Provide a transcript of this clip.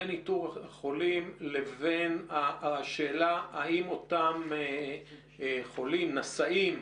בין איתור לבין השאלה האם אותם חולים או נשאים,